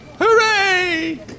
Hooray